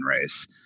race